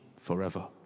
forever